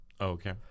Okay